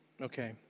Okay